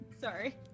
Sorry